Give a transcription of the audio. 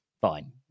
fine